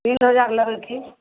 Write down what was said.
तीन हजार लगेलखिन